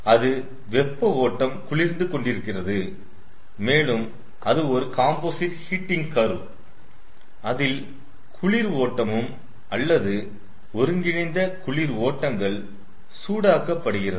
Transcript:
அது வெப்ப ஓட்டம் குளிர்ந்து கொண்டிருக்கிறது மேலும் அது ஒரு காம்போசிட் ஹீட்டிங் கர்வ் அதில் குளிர் ஓட்டமும் அல்லது ஒருங்கிணைந்த குளிர் ஓட்டங்கள் சூடாக்க படுகிறது